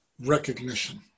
recognition